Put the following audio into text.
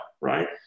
right